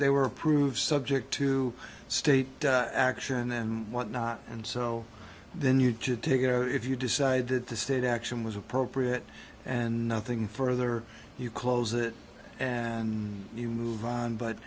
they were approved subject to state action and whatnot and so then you do take you know if you decide that the state action was appropriate and nothing further you close it and you move on